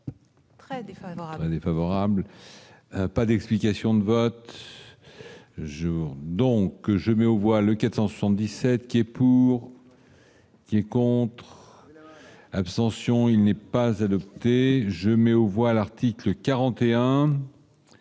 Défavorable, pas d'explication de vote. Je donc je mets au voile 477 qui est pour. Qui est contre, abstention, il n'est pas adopté, je mets au voilà requis que 41